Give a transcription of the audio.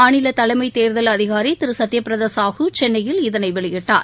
மாநில தலைமை தோதல் அதிகாரி திரு சத்ய பிரதா சாஹூ சென்னையில் இதனை வெளியிட்டார்